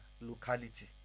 locality